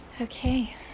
okay